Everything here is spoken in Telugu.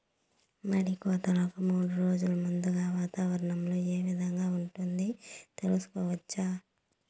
మడి కోతలకు మూడు రోజులు ముందుగా వాతావరణం ఏ విధంగా ఉంటుంది, తెలుసుకోవచ్చా?